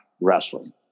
wrestling